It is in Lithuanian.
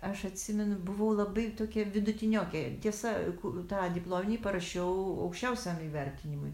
aš atsimenu buvau labai tokia vidutiniokė tiesa tą diplominį parašiau aukščiausiam įvertinimui